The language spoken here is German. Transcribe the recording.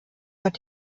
wird